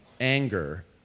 anger